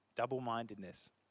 double-mindedness